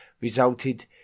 resulted